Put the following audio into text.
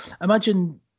Imagine